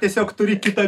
tiesiog turi kitą